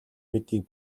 гэдгийг